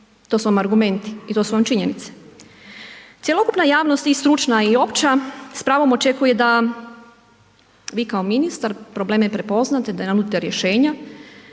to su vam argumenti i to su vam činjenice. Cjeloukupna javnost i stručna i opća s pravom očekuje da vi kao ministar probleme prepoznate, da nam nudite rješenja